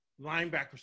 linebackers